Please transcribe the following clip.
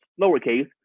lowercase